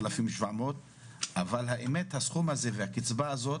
3,700 שקלים אבל האמת היא שהסכום הזה והקצבה הזאת